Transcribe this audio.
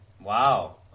Wow